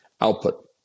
output